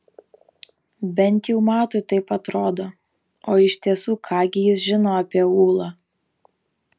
bent jau matui taip atrodo o iš tiesų ką gi jis žino apie ūlą